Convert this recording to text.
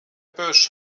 bösch